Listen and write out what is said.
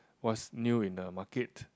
what's new in the market